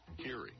Hearing